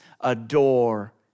adore